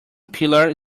pillar